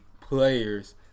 players